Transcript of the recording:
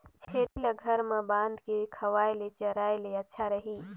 छेरी ल घर म बांध के खवाय ले चराय ले अच्छा रही?